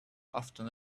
often